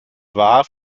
war